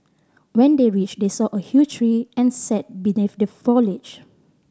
when they reached they saw a huge tree and sat beneath the foliage